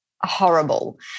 horrible